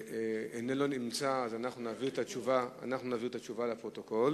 חבר הכנסת טלב אלסאנע